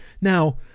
Now